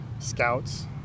scouts